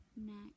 next